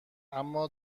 اما